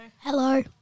Hello